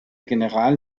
general